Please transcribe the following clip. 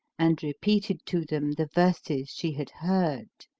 and repeated to them the verses she had heard.